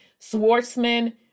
Swartzman